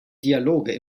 dialoge